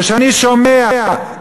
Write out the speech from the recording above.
כשאני שומע,